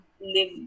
live